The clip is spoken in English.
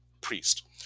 priest